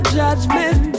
judgment